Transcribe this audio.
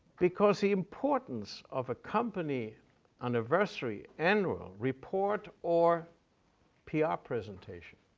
because the importance of a company anniversary, annual report, or pr ah presentation.